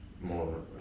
more